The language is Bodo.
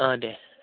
ओ दे